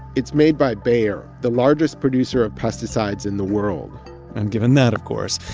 it's made by bayer, the largest producer of pesticides in the world and given that, of course,